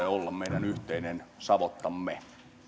olla meidän yhteinen savottamme